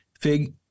Fig